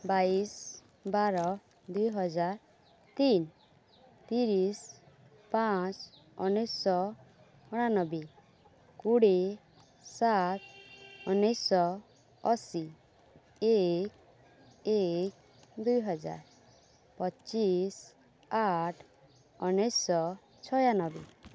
ବାଇଶି ବାର ଦୁଇ ହଜାର ତିନି ତିରିଶି ପାଞ୍ଚ ଉଣେଇଶି ଶହ ଅଣାନବେ କୋଡ଼ିଏ ସାତ ଉନେଇଶି ଶହ ଅଶୀ ଏକ ଏକ ଦୁଇ ହଜାର ପଚିଶି ଆଠ ଉନେଇଶି ଶହ ଛୟାନବେ